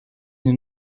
nous